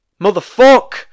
Motherfuck